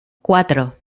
cuatro